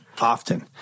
Often